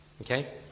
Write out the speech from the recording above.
okay